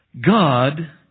God